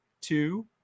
two